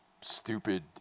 stupid